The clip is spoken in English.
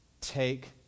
take